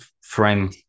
frame